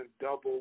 double